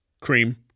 cream